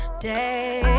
day